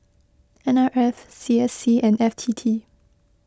N R F C S C and F T T